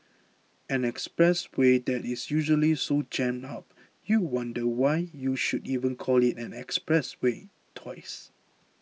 an expressway that is usually so jammed up you wonder why you should even call it an expressway twice